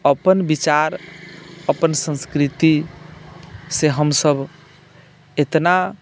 अपन विचार अपन संस्कृतिसँ हमसभ इतना